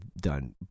done